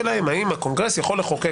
בעצם לא ניתן להחיל מכוחן